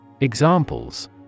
Examples